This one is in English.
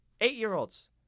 Eight-year-olds